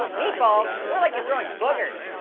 meatballs? more like you're throwing boogers.